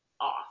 Off